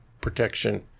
protection